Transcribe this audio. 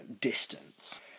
distance